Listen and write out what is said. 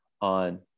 on